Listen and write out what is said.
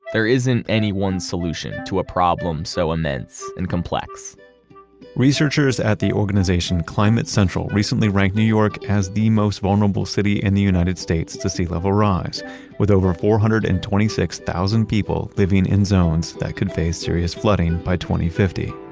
there isn't any one solution to a problem so immense and complex researchers at the organization, climate central recently rank new york as the most vulnerable city in the united states to sea level rise with over four hundred and twenty six thousand people living in zones that could face serious flooding by two fifty.